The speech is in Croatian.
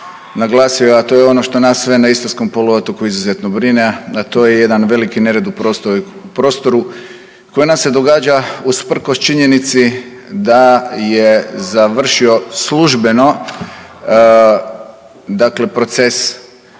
a to je ono što nas sve na istarskom poluotoku izuzetno brine a to je jedan veliki nered u prostoru koji nam se događa usprkos činjenici da je završio službeno proces